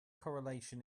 correlation